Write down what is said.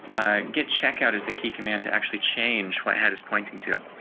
i get checkout is the key command to actually change what had is pointing to.